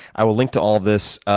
i will link to all of this.